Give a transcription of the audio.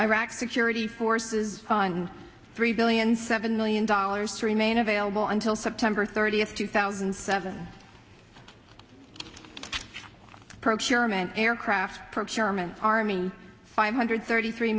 iraqi security forces on three billion seven million dollars to remain available until september thirtieth two thousand and seven procurement aircraft procurement army five hundred thirty three